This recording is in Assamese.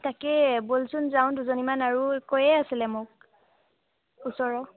তাকে বলচোন যাওঁ দুজনীমান আৰু কৈয়ে আছিলে মোক ওচৰৰ